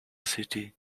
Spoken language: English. city